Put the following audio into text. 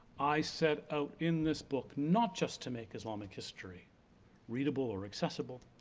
i set out in this book not just to make islamic history readable or accessible,